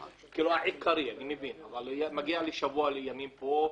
"העיקרית", אני מבין, אבל הוא מגיע לשבוע ימים פה,